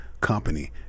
company